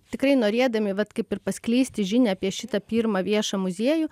tikrai norėdami vat kaip ir paskleisti žinią apie šitą pirmą viešą muziejų